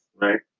right